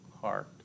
heart